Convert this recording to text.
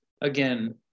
again